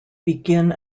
begin